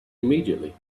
immediately